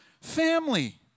family